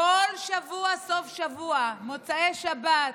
כל שבוע, סוף שבוע, מוצאי שבת,